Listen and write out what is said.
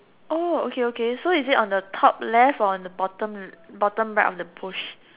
oh okay okay so is it on the top left or on the bottom bottom right of the bush